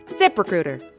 ZipRecruiter